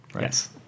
Yes